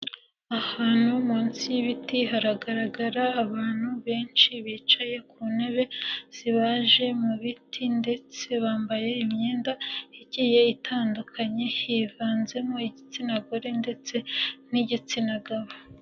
Ahantu munsi y'ibiti, hagaragara abantu benshi bicaye ku ntebe zibaje mu biti, ndetse bambaye imyenda igiye itandukanye, hivanzemo igitsina gore ndetse n'igitsina gabo.